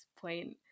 point